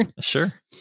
sure